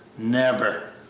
never!